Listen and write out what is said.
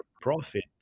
profit